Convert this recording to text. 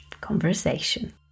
conversation